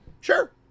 Sure